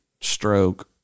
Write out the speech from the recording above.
stroke